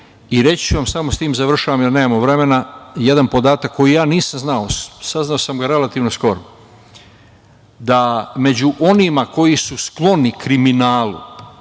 dece. Reći ću vam samo, i sa tim završavam jer nemamo mnogo vremena, jedan podatak koji ja nisam znao, saznao sam ga relativno skoro, da među onima koji su skloni kriminalu,